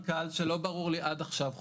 עכשיו יוצא חוזר מנכ"ל שלא ברור לי עד עכשיו,